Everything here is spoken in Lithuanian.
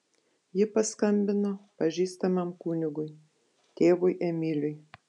ji paskambino pažįstamam kunigui tėvui emiliui